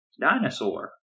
dinosaur